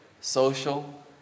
social